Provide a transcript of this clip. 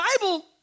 Bible